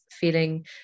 feeling